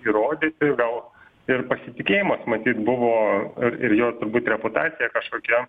įrodyti gal ir pasitikėjimas matyt buvo ir jo turbūt reputacija kažkokia